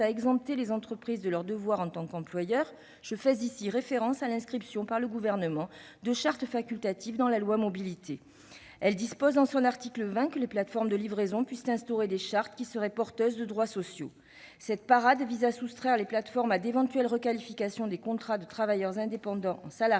à exempter les entreprises de leurs devoirs en tant qu'employeurs. Je fais ici référence à l'inscription par le Gouvernement de chartes facultatives dans la loi Mobilités, qui disposait, dans son article 20, que les plateformes de livraison peuvent instaurer de telles chartes, qui seraient porteuses de droits sociaux. Cette parade vise à soustraire les plateformes à d'éventuelles requalifications des contrats des travailleurs indépendants en salariat.